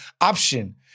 option